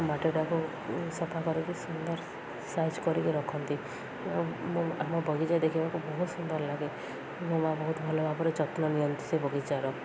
ମାଟିଟାକୁ ସଫା କରିକି ସୁନ୍ଦର ସାଇଜ୍ କରିକି ରଖନ୍ତି ଆମ ବଗିଚା ଦେଖିବାକୁ ବହୁତ ସୁନ୍ଦର ଲାଗେ ମୋ ମାଆ ବହୁତ ଭଲ ଭାବରେ ଯତ୍ନ ନିଅନ୍ତି ସେ ବଗିଚାର